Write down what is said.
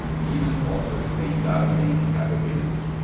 even offers a downlink capability.